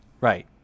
Right